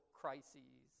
crises